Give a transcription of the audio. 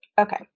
Okay